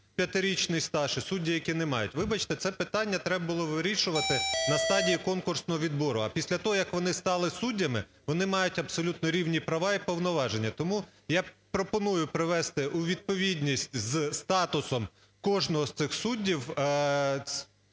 п'ятирічний стаж і судді, які не мають. Вибачте, це питання треба було вирішувати на стадії конкурсного відбору, а після того, як вони стали суддями, вони мають абсолютно рівні права і повноваження. Тому я пропоную привести у відповідність з статусом кожного з цих суддів